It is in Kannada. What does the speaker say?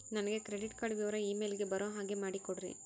ನನಗೆ ಕ್ರೆಡಿಟ್ ಕಾರ್ಡ್ ವಿವರ ಇಮೇಲ್ ಗೆ ಬರೋ ಹಾಗೆ ಮಾಡಿಕೊಡ್ರಿ?